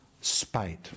spite